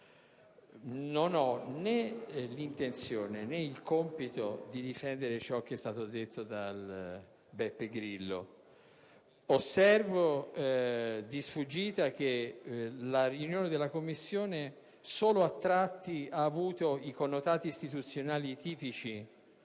Non ho né l'intenzione, né il compito di difendere quanto è stato detto da Beppe Grillo. Osservo di sfuggita che la riunione della Commissione solo a tratti ha avuto i connotati istituzionali tipici